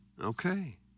Okay